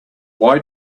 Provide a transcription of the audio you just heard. why